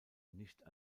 nicht